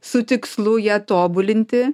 su tikslu ją tobulinti